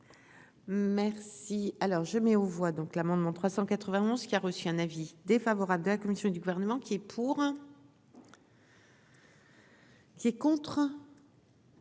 Merci, alors je mets aux voix donc l'amendement 391 qui a reçu un avis défavorable de la commission du gouvernement qui. Pour. C'est contre.